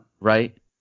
Right